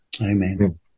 Amen